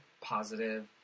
positive